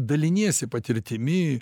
daliniesi patirtimi